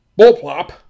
bullplop